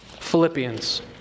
Philippians